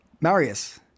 Marius